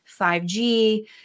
5G